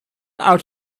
out